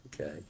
Okay